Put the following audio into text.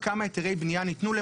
וכמה היתרי בנייה ניתנו למולם?